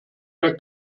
wer